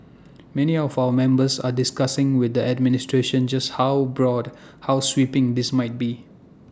many of our members are discussing with the administration just how broad how sweeping this might be